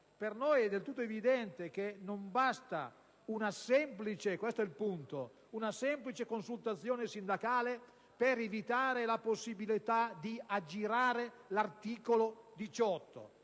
Per noi è del tutto evidente che non basta (questo è il punto) una semplice consultazione sindacale per evitare la possibilità di aggirare l'articolo 18